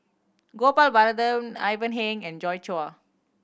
Gopal Baratham Ivan Heng and Joi Chua